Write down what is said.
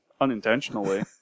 unintentionally